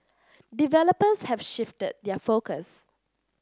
developers have shifted their focus